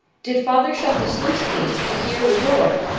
did father shut the sluice-gate, to hear the roar?